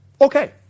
okay